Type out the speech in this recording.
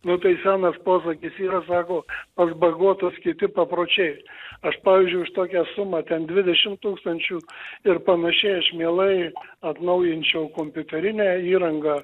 nu tai senas posakis yra sako aš bagotas kiti papročiai aš pavyzdžiui už tokią sumą ten dvidešim tūkstančių ir panašiai aš mielai atnaujinčiau kompiuterinę įrangą